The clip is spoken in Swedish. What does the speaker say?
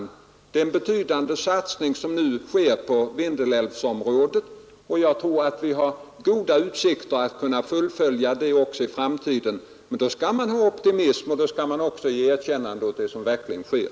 Det är en betydande satsning som nu sker på Vindelälvsområdet, och jag tror att vi har goda utsikter att kunna fullfölja detta också i framtiden. Men då skall man ha optimism och då skall man också ge erkännande åt det som verkligen sker.